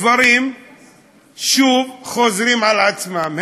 דברים שוב חוזרים על עצמם,